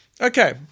Okay